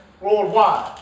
worldwide